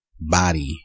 body